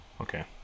Okay